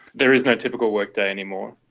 there is no typical workday anymore.